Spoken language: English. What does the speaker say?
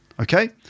Okay